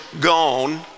gone